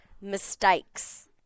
mistakes